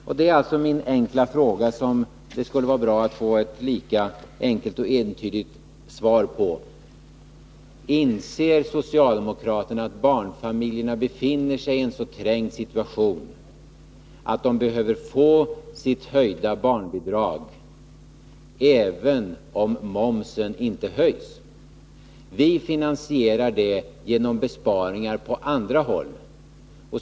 Detta är alltså min enkla fråga, som det skulle vara bra att få ett lika enkelt och entydigt svar på: Inser inte socialdemokraterna att barnfamiljerna befinner sig i en så trängd situation att de behöver få sin höjning av barnbidraget, även om momsen inte höjs? Vi finansierar det genom besparingar på andra håll.